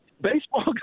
baseball